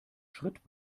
schritt